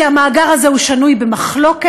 כי המאגר הזה הוא שנוי במחלוקת,